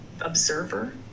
observer